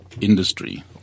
industry